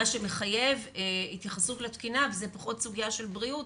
מה שמחייב התייחסות לתקינה וזה פחות סוגיה של בריאות,